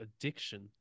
addiction